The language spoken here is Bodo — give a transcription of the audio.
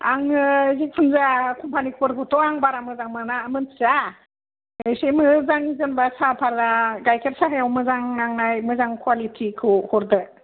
आङो जेखुनु जाया कम्पानिफोरखौथ' आं बारा मोजां मोना मोनथिया एसे मोजां जेनबा साहा फातया गायखेर साहायाव मोजां नांनाय मोजां कुवालिटिखौ हरदो